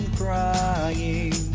crying